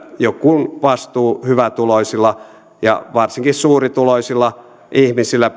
joku vastuu ja hyvätuloisilla ja varsinkin suurituloisilla ihmisillä